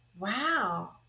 wow